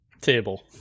table